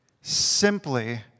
Simply